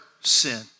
sin